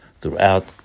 throughout